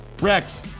Rex